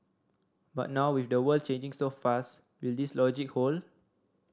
but now with the world changing so fast will this logic hold